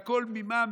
והכול ממה?